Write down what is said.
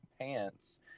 pants